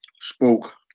spoke